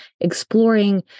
exploring